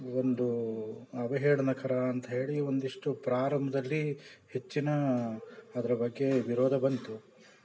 ಒಂದು ಅವಹೇಳನಕರ ಅಂತ ಹೇಳಿ ಒಂದಿಷ್ಟು ಪ್ರಾರಂಭದಲ್ಲಿ ಹೆಚ್ಚಿನ ಅದ್ರ ಬಗ್ಗೆ ವಿರೋಧ ಬಂತು